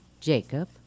Jacob